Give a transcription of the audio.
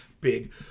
big